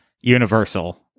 universal